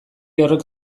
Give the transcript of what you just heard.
horrek